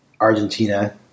Argentina